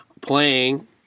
playing